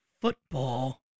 Football